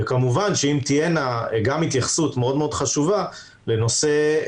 וכמובן צריך שתהיה התייחסות מאוד מאוד חשובה לשיפוי